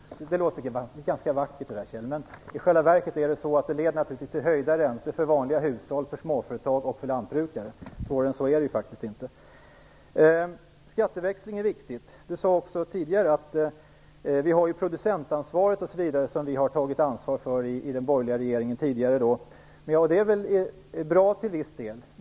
Fru talman! Det låter ganska vackert, Kjell Ericsson! Men i själva verket leder det naturligtvis till höjda räntor för vanliga hushåll, småföretag och lantbrukare. Svårare än så är det faktiskt inte. Skatteväxling är viktigt. Kjell Ericsson talade vidare om det producentansvar som den borgerliga regeringen tog ett ansvar för. Ja, det är till viss del bra.